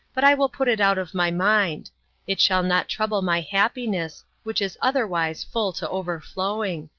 but i will put it out of my mind it shall not trouble my happiness, which is otherwise full to overflowing.